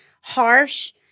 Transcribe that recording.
harsh